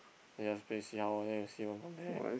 you just place see how then we see down there